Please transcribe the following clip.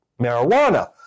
marijuana